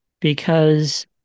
because-